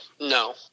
No